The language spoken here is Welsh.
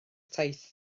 taith